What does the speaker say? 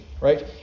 Right